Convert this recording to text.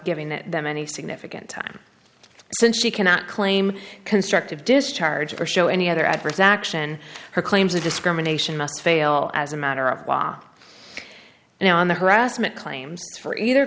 giving them any significant time since she cannot claim constructive discharge or show any other adverse action her claims of discrimination must fail as a matter of law now on the harassment claims for either